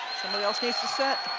somebody else needs to set.